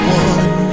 one